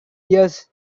years